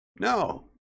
No